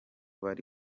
bari